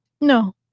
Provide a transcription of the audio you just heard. No